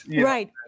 right